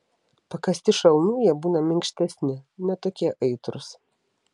pakąsti šalnų jie būna minkštesni ne tokie aitrūs